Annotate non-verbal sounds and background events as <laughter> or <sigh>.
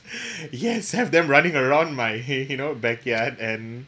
yes have them running around my <laughs> you know backyard and